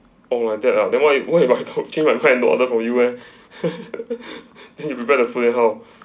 oh like that ah then why you what if I told you I'm hot going to order for you eh then you prepare the food then how